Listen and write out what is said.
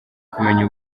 kumenya